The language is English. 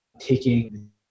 taking